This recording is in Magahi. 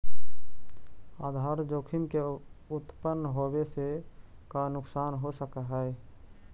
आधार जोखिम के उत्तपन होवे से का नुकसान हो सकऽ हई?